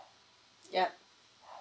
yup